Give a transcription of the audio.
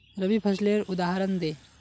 रवि फसलेर उदहारण दे?